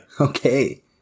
Okay